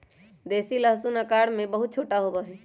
देसी लहसुन आकार में बहुत छोटा होबा हई